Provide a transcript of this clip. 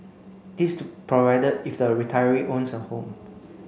this is provided if the retiree owns a home